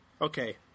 Okay